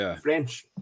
French